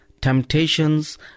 temptations